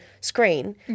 screen